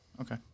Okay